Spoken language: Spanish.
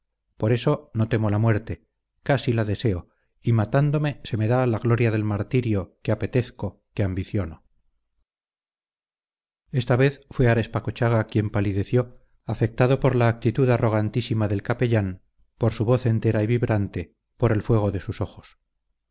por eso no temo la muerte casi la deseo y matándome se me da la gloria del martirio que apetezco que ambiciono esta vez fue arespacochaga quien palideció afectado por la actitud arrogantísima del capellán por su voz entera y vibrante por el fuego de sus ojos